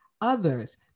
others